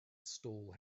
stall